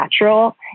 natural